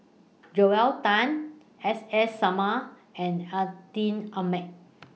Joel Tan S S Sarma and Atin Amat